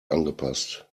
angepasst